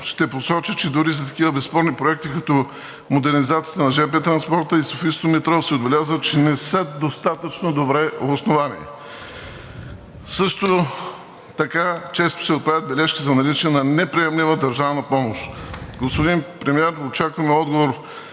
ще посоча, че дори за такива безспорни проекти, като модернизацията на жп транспорта и софийското метро, се отбелязва, че не са достатъчно добре обосновани. Също така често се отправят бележки за наличие на неприемлива държавна помощ. Господин Премиер, очакваме отговор: